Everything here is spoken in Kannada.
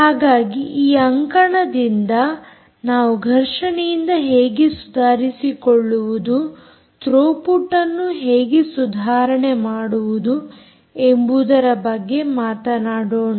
ಹಾಗಾಗಿ ಆ ಅಂಕಣದಿಂದ ನಾವು ಘರ್ಷಣೆಯಿಂದ ಹೇಗೆ ಸುಧಾರಿಸಿಕೊಳ್ಳುವುದು ಥ್ರೋಪುಟ್ಅನ್ನು ಹೇಗೆ ಸುಧಾರಣೆ ಮಾಡುವುದು ಎಂಬುದರ ಬಗ್ಗೆ ಮಾತನಾಡೋಣ